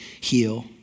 heal